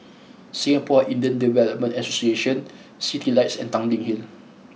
Singapore Indian Development Association Citylights and Tanglin Hill